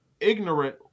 ignorant